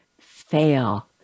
fail